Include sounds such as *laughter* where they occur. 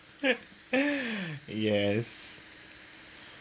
*laughs* yes